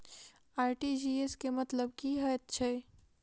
RTGS केँ मतलब की हएत छै?